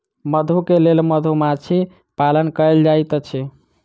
मधु के लेल मधुमाछी पालन कएल जाइत अछि